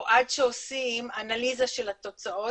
או עד שעושים אנליזה של התוצאות.